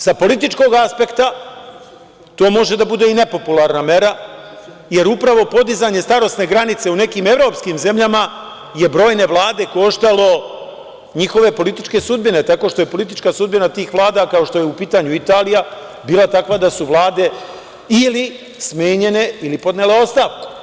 Sa političkog aspekta to može da bude i nepopularna mera, jer upravo podizanje starosne granice u nekim evropskim zemljama je brojne vlade koštalo njihove političke sudbine, tako što je politička sudbina tih vlada, kao što je u pitanju Italija, bila takva da su Vlade ili smenjene ili podnele ostavku.